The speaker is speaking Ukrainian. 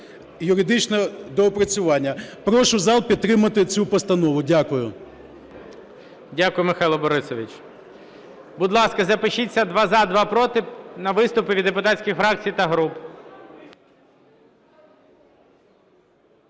Прошу зал підтримати цю постанову. Дякую. ГОЛОВУЮЧИЙ. Дякую, Михайло Борисович. Будь ласка, запишіться: два – за, два – проти - на виступи від депутатських фракцій та груп.